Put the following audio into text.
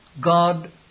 God